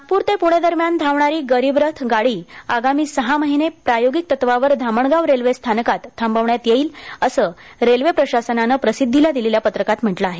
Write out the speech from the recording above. नागप्रर ते पुणे दरम्यान धावणारी गरीबरथ गाडी आगामी सहा महिने प्रायोगिक तत्वावर धामणगाव रेल्वे स्थानकात थांबवण्यात येईल असं रेल्वे प्रशासनानं प्रसिद्धीला दिलेल्या पत्रकात म्हटलं आहे